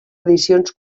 edicions